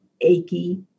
achy